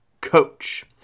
coach